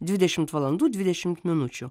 dvidešimt valandų dvidešimt minučių